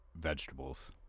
vegetables